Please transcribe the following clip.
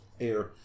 air